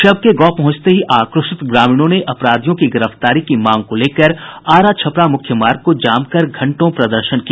शव के गांव पहुंचते ही आक्रोशित ग्रामीणों ने अपराधियों की गिरफ्तारी की मांग को लेकर आरा छपरा मूख्य मार्ग को जाम कर घंटों प्रदर्शन किया